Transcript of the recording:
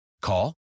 Call